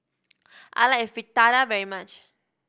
I like Fritada very much